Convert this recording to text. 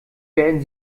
werden